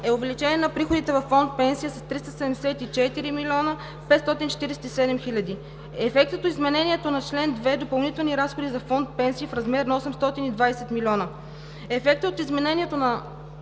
е увеличение на приходите във Фонд „Пенсии“ с 374 милиона 547 хиляди. Ефектът от изменението на чл. 2 – допълнителни разходи за Фонд „Пенсии“ в размер на 820 милиона. Ефектът от изменението на